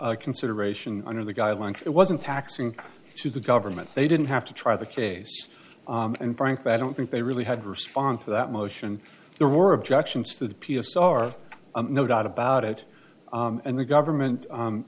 consideration under the guidelines it wasn't taxing to the government they didn't have to try the case and frankly i don't think they really had to respond to that motion there were objections to the p s r no doubt about it and the government